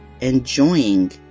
enjoying